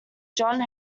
john